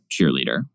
cheerleader